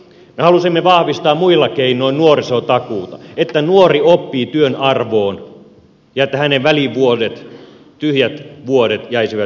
me halusimme vahvistaa muilla keinoin nuorisotakuuta että nuori oppii työn arvoon ja että hänen välivuotensa tyhjät vuotensa jäisivät minimiin